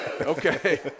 Okay